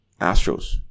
Astros